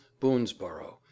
Boonesboro